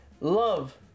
love